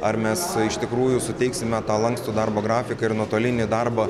ar mes iš tikrųjų suteiksime tą lankstų darbo grafiką ir nuotolinį darbą